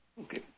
Okay